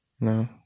No